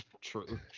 true